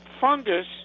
fungus